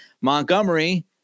Montgomery